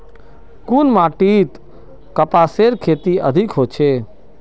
कुन माटित कपासेर खेती अधिक होचे?